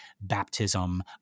baptism